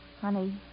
Honey